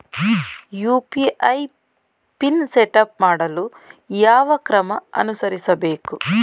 UPI PIN setup ಮಾಡಲು ಯಾವ ಕ್ರಮ ಅನುಸರಿಸಬೇಕು?